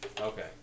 Okay